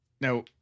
Now